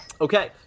Okay